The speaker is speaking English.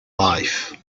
life